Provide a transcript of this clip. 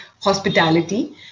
hospitality